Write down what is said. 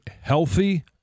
healthy